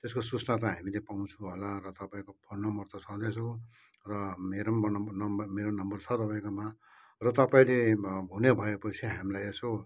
त्यसको सूचना त हामीले पाउँछु होला र तपाईँको फोन नम्बर त छँदै छ र मेरो पनि नम् मेरो पनि नम्बर छ तपाईँकोमा र तपाईँले हुने भएपछि हामीलाई यसो